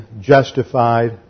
justified